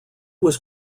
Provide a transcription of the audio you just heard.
was